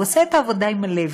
הוא עושה את העבודה עם הלב.